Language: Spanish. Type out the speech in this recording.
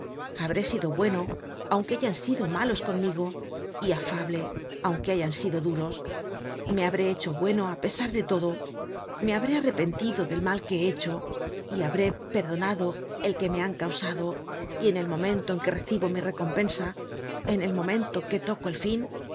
habré sido bueno aunque hayan sido malos conmigo y afable aunque hayan sido durogj me habré hecho bueno á pesar de todo me habré arrepentido del mal que he hecho y habré perdonado el que me han causado y en el momento en que recibo mi recompensa en el momento que toco el fin